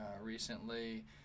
recently